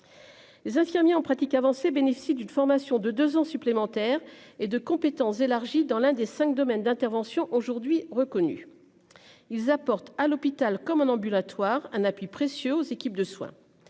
Les infirmiers en pratique avancée bénéficient d'une formation de 2 ans supplémentaires et de compétences élargies dans l'un des 5 domaines d'intervention aujourd'hui reconnu. Ils apportent à l'hôpital comme en ambulatoire, un appui précieux aux équipes de soins